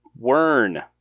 Wern